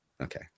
okay